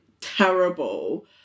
terrible